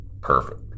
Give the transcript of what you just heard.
perfect